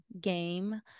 Game